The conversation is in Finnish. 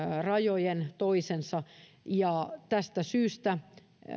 rajojen toisensa ja tästä syystä